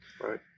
Right